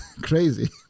crazy